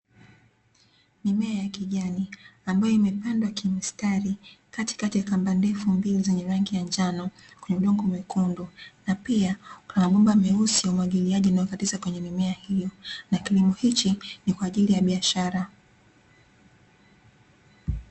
Mimea ya kijani ambayo imepandwa kimstari, katikati ya kamba ndefu mbili zenye rangi ya njano kuna udongo mwekundu, na pia kuna mabomba meusi ya umwagiliaji yanayokatiza kwenye mimea hiyo; na kilimo hichi ni kwa ajili ya biashara.